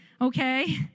okay